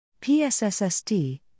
PSSST